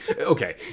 Okay